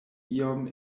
iom